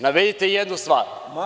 Navedite jednu stvar.